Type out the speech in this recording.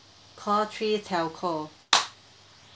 call three telco